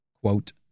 Quote